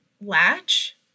latch